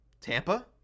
Tampa